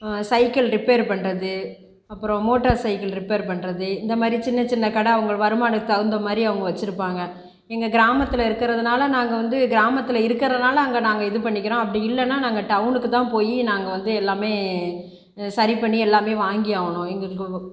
cycle repair பண்ணுறது அப்புறம் motor cycle repair பண்ணுறது இந்தமாதிரி சின்ன சின்ன கட அவங்க வருமானத்துக்கு தகுந்தமாதிரி அவங்க வச்சுருப்பாங்க எங்கள் கிராமத்தில் இருக்கிறதனால நாங்கல் வந்து கிராமத்தில் இருக்கிறதனால அங்கே நாங்கள் இது பண்ணிக்கிறோம் அப்படி இல்லைன்னா நாங்கள் டவுனுக்கு தான் போய் நாங்கள் வந்து எல்லாமே சரி பண்ணி எல்லாமே வாங்கியாவுனு எங்களுக்கு